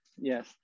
Yes